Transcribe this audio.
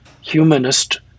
humanist